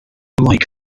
like